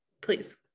please